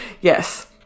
yes